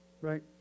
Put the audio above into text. Right